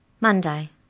Monday